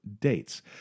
dates